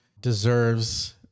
deserves